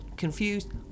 Confused